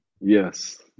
yes